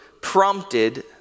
prompted